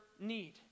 need